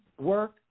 work